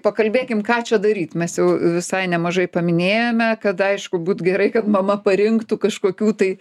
pakalbėkim ką čia daryt mes jau visai nemažai paminėjome kad aišku būt gerai kad mama parinktų kažkokių tai